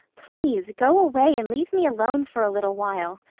please go away and leave me alone for a little while.